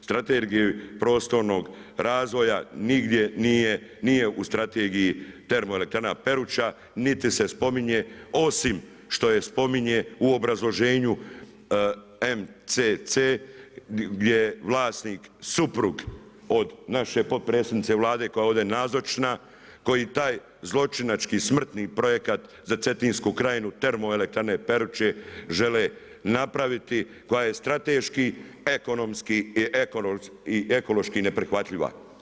Strategiju prostornog razvoja nigdje nije u strategiji termoelektrana Peruća niti se spominje, osim što je spominje u obrazloženju MCC gdje je vlasnik suprug od naše potpredsjednice Vlade koja je ovdje nazočna, koji taj zločinački, smrtni projekat za Cetinsku krajinu, termoelektrane Peruće žele napraviti, koja je strateški, ekonomski i ekološki neprihvatljiva.